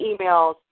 emails